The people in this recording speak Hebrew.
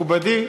מכובדי,